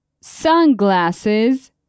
sunglasses